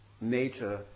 nature